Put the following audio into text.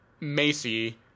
macy